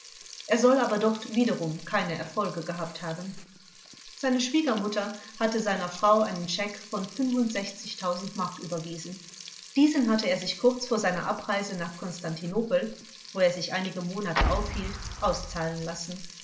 er soll aber dort wiederum keine erfolge gehabt haben seine schwiegermutter hatte seiner frau einen scheck von mark überwiesen diesen hatte er sich kurz vor seiner abreise nach konstantinopel wo er sich einige monate aufhielt auszahlen lassen